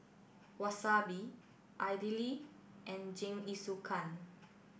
Wasabi Idili and Jingisukan